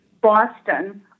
Boston